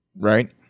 Right